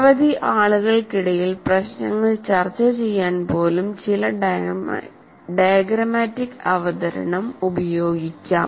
നിരവധി ആളുകൾക്കിടയിൽ പ്രശ്നങ്ങൾ ചർച്ച ചെയ്യാൻ പോലും ചില ഡയഗ്രമാറ്റിക് അവതരണം ഉപയോഗിക്കാം